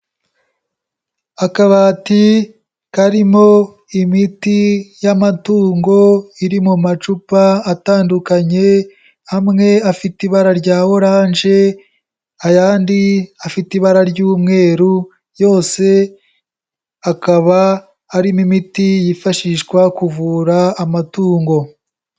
Akabati karimo imiti y'amatungo iri mu macupa atandukanye amwe afite ibara rya orange, ayandi afite ibara ry'umweru, yose akaba arimo imiti yifashishwa kuvura amatungo.